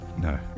no